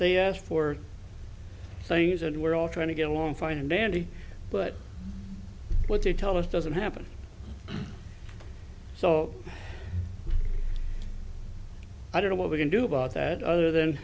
they asked for things are and we're all trying to get along fine and dandy but what they tell us doesn't happen so i don't know what we can do about that other than